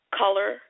color